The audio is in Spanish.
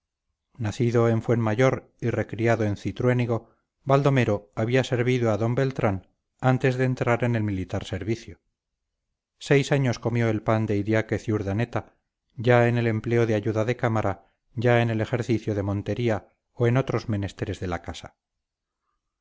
nacido en fuenmayor y recriado en cintruénigo baldomero había servido a d beltrán antes de entrar en el militar servicio seis años comió el pan de idiáquez y urdaneta ya en el empleo de ayuda de cámara ya en el ejercicio de montería o en otros menesteres de la casa